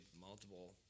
multiple